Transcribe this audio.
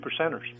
percenters